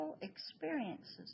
experiences